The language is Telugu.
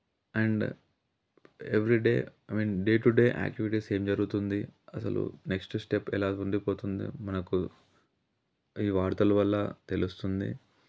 and every day I mean day to day activities ఏం జరుగుతుంది అసలు నెక్స్ట్ స్టెప్ ఎలా ఉండిపోతుంది మనకు ఈ వార్తలు వల్ల తెలుస్తుంది